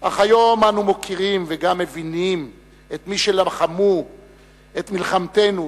אך היום אנחנו מוקירים וגם מבינים את מי שלחמו את מלחמתנו,